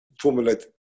formulate